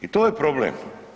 I to je problem.